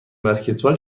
بسکتبال